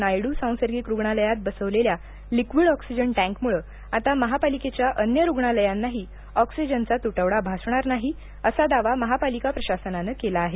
नायडू सांसर्गिक रुग्णालयात बसवलेल्या लिक्विड ऑक्सिजन टँकमुळे आता महापालिकेच्या अन्य रुग्णालयांनाही ऑक्सिजनचा तुटवडा भासणार नाही असा दावा महापालिका प्रशासनानं केला आहे